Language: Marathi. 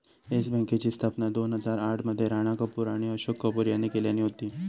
येस बँकेची स्थापना दोन हजार आठ मध्ये राणा कपूर आणि अशोक कपूर यांनी केल्यानी होती